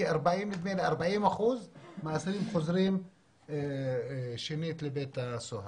כי נדמה לי ש-40% מהאסירים חוזרים שנית לבית הסוהר.